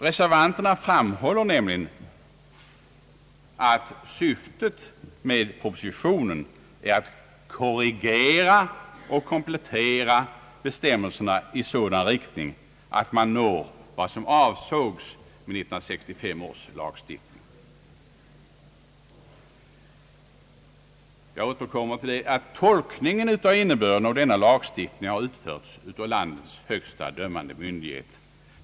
Reservanterna framhåller nämligen att syftet med propositionen är att korrigera och komplettera bestämmelserna i sådan riktning, att man når vad som avsågs i 1965 års lagstiftning. Jag återkommer till att tolkningen av lagens innebörd utförts av landets högsta dömande myndighet.